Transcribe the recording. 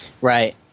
Right